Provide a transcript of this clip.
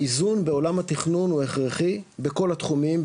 האיזון בעולם התכנון הוא הכרחי בכל התחומים,